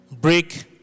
break